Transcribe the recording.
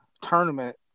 tournament